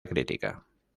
crítica